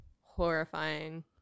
horrifying